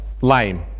lame